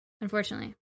unfortunately